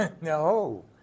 No